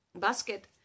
basket